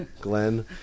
Glenn